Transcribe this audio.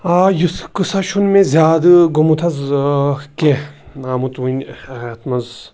آ یُتھ قٕصہ چھُنہٕ مےٚ زیادٕ گوٚمُت حظ کینٛہہ آمُت وٕنہِ یَتھ منٛز